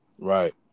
Right